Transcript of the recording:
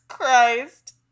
Christ